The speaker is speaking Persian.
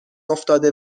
افتاده